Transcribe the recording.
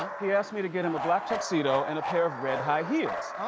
he asked me to get him a black tuxedo and a pair of red high heels.